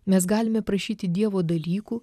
mes galime prašyti dievo dalykų